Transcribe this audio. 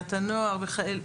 עליית הנוער, וכאלה.